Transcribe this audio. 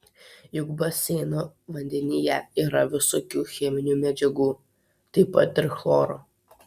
juk baseino vandenyje yra visokių cheminių medžiagų taip pat ir chloro